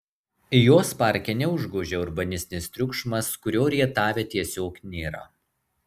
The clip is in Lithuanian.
jos parke neužgožia urbanistinis triukšmas kurio rietave tiesiog nėra